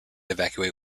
evacuate